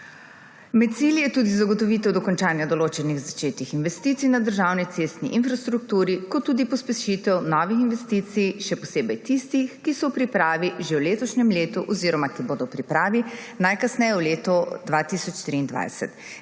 Med cilji je tudi zagotovitev dokončanja določenih začetih investicij na državni cestni infrastrukturi kot tudi pospešitev novih investicij, še posebej tistih, ki so v pripravi že v letošnjem letu oziroma ki bodo v pripravi najkasneje v letu 2023.